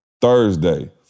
Thursday